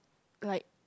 like